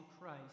Christ